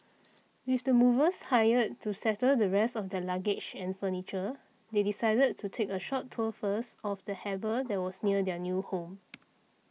with the movers hired to settle the rest of their luggage and furniture they decided to take a short tour first of the harbour that was near their new home